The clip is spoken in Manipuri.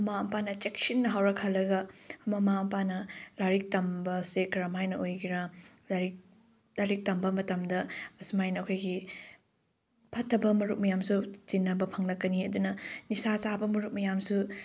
ꯃꯃꯥ ꯃꯄꯥꯅ ꯆꯦꯛꯁꯤꯟꯅ ꯍꯧꯔꯛꯍꯜꯂꯒ ꯃꯃꯥ ꯃꯄꯥꯅ ꯂꯥꯏꯔꯤꯛ ꯇꯝꯕꯁꯦ ꯀꯔꯝꯍꯥꯏꯅ ꯑꯣꯏꯒꯦꯔꯥ ꯂꯥꯏꯔꯤꯛ ꯂꯥꯏꯔꯤꯛ ꯇꯝꯕ ꯃꯇꯝꯗ ꯑꯁꯨꯃꯥꯏꯅ ꯑꯩꯈꯣꯏꯒꯤ ꯐꯠꯇꯕ ꯃꯔꯨꯞ ꯃꯌꯥꯝꯁꯨ ꯇꯤꯟꯅꯕ ꯐꯪꯂꯛꯀꯅꯤ ꯑꯗꯨꯅ ꯅꯤꯁꯥ ꯆꯥꯕ ꯃꯔꯨꯞ ꯃꯌꯥꯝꯁꯨ